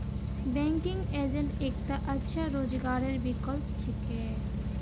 banking agent एकता अच्छा रोजगारेर विकल्प छिके